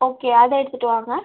okay அதை எடுத்துட்டு வாங்க